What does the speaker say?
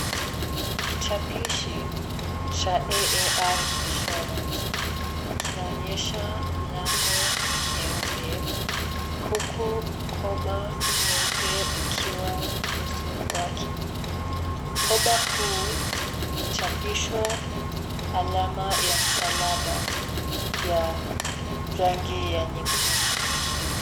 Chapishi cha AAR insurance , kinaonyesha mlango nyeupe huku mkoba nyeupe ukiwa nusu wake. Mkoba huu umechapishwa alama ya msalaba ya rangi ya nyekundu.